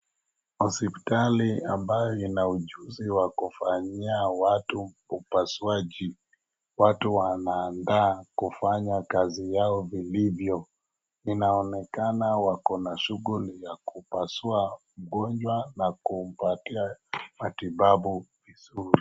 Hospitali ambayo ina ujuzi wa kufanyia watu upasuaji. Watu wanaanda kufanya kazi yao vilivyo. Inaonekana wako na shughuli ya kupasua mgonjwa na kumpatia matibabu vizuri.